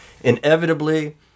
Inevitably